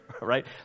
Right